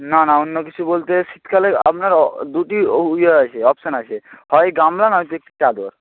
না না অন্য কিছু বলতে শীতকালে আপনার অ দুটি উ ইয়ে আছে অপশান আছে হয় গামলা নয় ঠিক চাদর